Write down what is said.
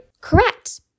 Correct